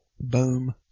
Boom